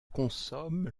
consomme